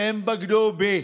שהם בגדו בי,